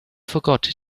forgot